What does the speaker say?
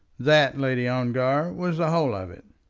that, lady ongar, was the whole of it.